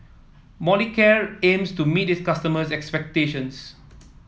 Molicare aims to meet its customers' expectations